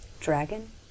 dragon